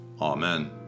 Amen